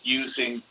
using